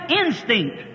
instinct